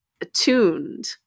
attuned